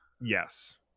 Yes